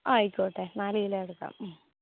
ആയിക്കോട്ടെ നാല് കിലോ എടുക്കാം മ്മ്